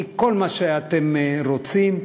מכל מה שאתם רוצים,